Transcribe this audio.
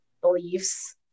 beliefs